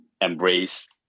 embrace